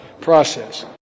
process